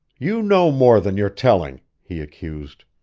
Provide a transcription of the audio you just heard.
you know more than you're telling! he accused.